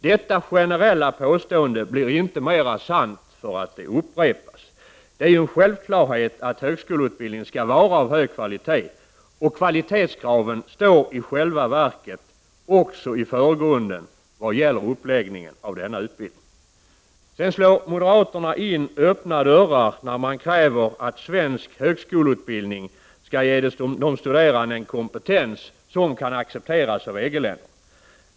Detta generella påstående blir inte mer sant för att det upprepas. Det är ju en självklarhet att högskoleutbildningen skall vara av hög kvalitet, och kvalitetskraven står i själva verket också i förgrunden när det gäller uppläggningen av denna utbildning. Moderaterna slår sedan in öppna dörrar när man kräver att svensk högskoleutbildning skall ge de studerande en kompetens som kan accepteras av EG-länderna.